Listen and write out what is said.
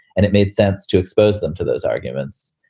and it made sense to expose them to those arguments.